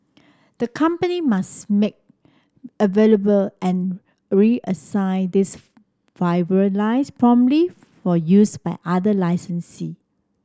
the company must make available and reassign these fibre lines promptly for use by other licensee